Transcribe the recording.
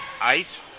Ice